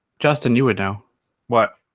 justin you would know what